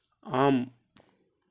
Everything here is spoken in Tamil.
ஆம்